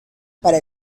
para